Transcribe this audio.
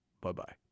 Bye-bye